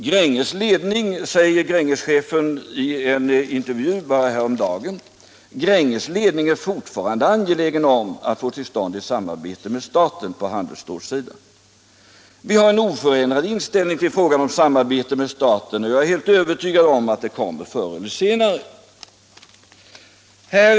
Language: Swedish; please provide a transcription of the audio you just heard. Gränges ledning, sade Grängeschefen i en intervju häromdagen, är fortfarande angelägen om att få till stånd ett samarbete med staten på handelsstålssidan. Vi har en oförändrad inställning till frågan om samarbete med staten, och jag är helt övertygad om att det kommer förr eller senare, sade han.